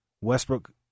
Westbrook